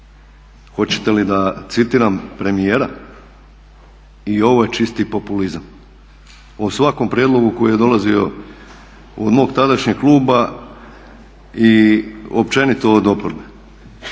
Hoćete li da citiram premijera? "I ovo je čisti populizam". O svakom prijedlogu koji je dolazio od mog tadašnjeg kluba i općenito od oporbe.